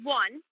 one